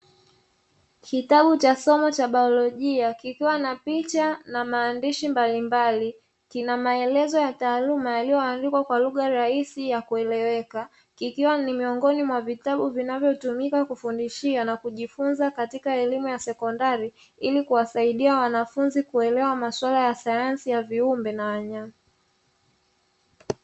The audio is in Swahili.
Kitabu cha somo cha baiolojia kikiwa na picha na maandishi mbalimbali, kina maelezo ya taaluma yaliyoandikwa kwa lugha rahisi ya kueleweka kikiwa ni miongoni mwa vitabu vinavyotumika kufundishia na kujifunza katika elimu ya sekondari, ili kuwasaidia wanafunzi kuelewa masuala ya sayansi ya viumbe na wanyama.